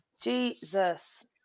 Jesus